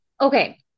Okay